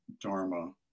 Dharma